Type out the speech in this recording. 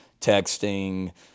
texting